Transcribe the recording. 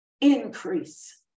increase